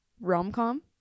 rom-com